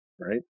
right